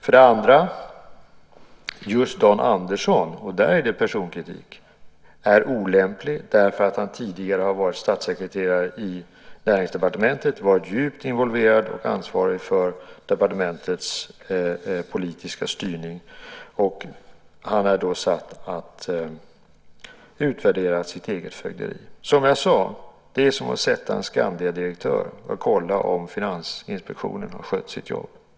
För det andra: Just Dan Andersson - där är det personkritik - är olämplig därför att han tidigare har varit statssekreterare i Näringsdepartementet och varit djupt involverad i och ansvarig för departementets politiska styrning. Han är satt att utvärdera sitt eget fögderi. Som jag sade: Det är som att sätta en Skandiadirektör att kolla om Finansinspektionen har skött sitt jobb.